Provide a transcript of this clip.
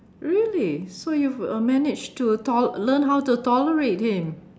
really so you've uh managed to tol~ learnt how to tolerate him